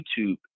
YouTube